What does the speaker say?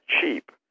cheap